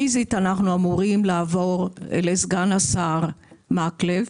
פיזית אנחנו אמורים לעבור לסגן השר מקלב,